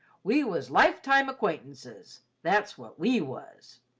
we was lifetime acquaintances, that's what we was.